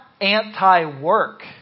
anti-work